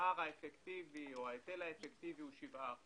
הפער האפקטיבי, או ההיטל האפקטיבי, הוא שבעה אחוז.